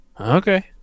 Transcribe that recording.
Okay